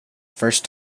first